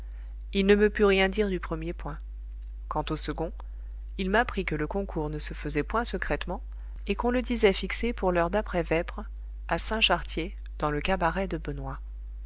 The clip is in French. il ne me put rien dire du premier point quant au second il m'apprit que le concours ne se faisait point secrètement et qu'on le disait fixé pour l'heure d'après vêpres à saint chartier dans le cabaret de benoît